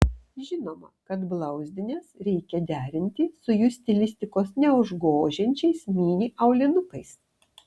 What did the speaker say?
žinoma kad blauzdines reikia derinti su jų stilistikos neužgožiančiais mini aulinukais